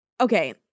Okay